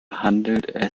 handelt